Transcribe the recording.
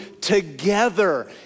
together